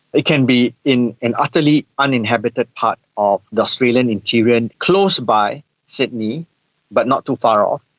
it can be in an utterly uninhabited part of the australian interior and close by sydney but not too far off.